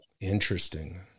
Interesting